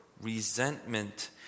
resentment